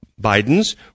Biden's